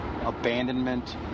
abandonment